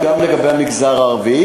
גם לגבי המגזר הערבי.